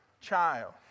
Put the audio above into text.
child